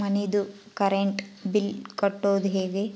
ಮನಿದು current bill ಕಟ್ಟೊದು ಹೇಗೆ?